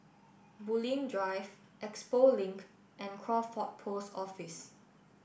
Bulim Drive Expo Link and Crawford Post Office